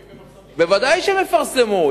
שיפרסמו.